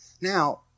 Now